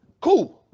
cool